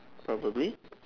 probably